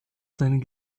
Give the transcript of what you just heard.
seinen